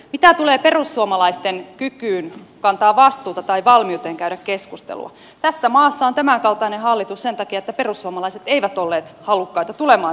mitä tulee perussuomalaisten kykyyn kantaa vastuuta tai valmiuteen käydä keskustelua tässä maassa on tämän kaltainen hallitus sen takia että perussuomalaiset eivät olleet halukkaita tulemaan tähän hallitukseen